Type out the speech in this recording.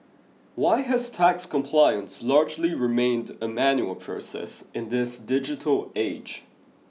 why has tax compliance largely remained a manual process in this digital age